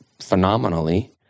phenomenally